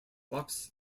fox